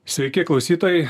sveiki klausytojai